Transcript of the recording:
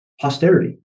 posterity